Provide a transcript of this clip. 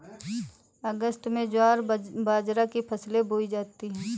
अगस्त में ज्वार बाजरा की फसल बोई जाती हैं